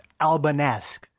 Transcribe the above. albanesque